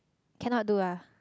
cannot do ah